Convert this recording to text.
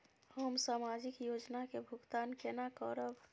हम सामाजिक योजना के भुगतान केना करब?